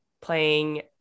playing